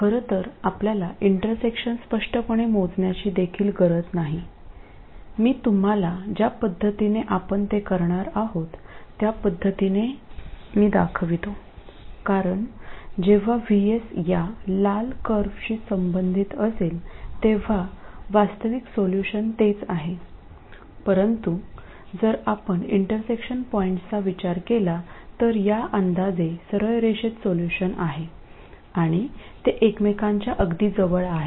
खरं तर आपल्याला इंटरसेक्शन स्पष्टपणे मोजण्याची देखील गरज नाही मी तुम्हाला ज्या पद्धतीने आपण ते करणार आहोत त्या पद्धतीने मी दाखवितो कारण जेव्हा VS या लाल कर्वशी संबंधित असेल तेव्हा वास्तविक सोल्यूशन तेच आहे परंतु जर आपण इंटरसेक्शन पॉईंट्सचा विचार केला तर या अंदाजे सरळ रेषेत सोल्यूशन आहे आणि ते एकमेकांच्या अगदी जवळ आहेत